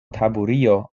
taburio